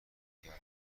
کردم